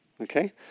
okay